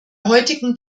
heutigen